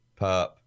Perp